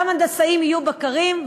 גם הנדסאים יהיו בקרים,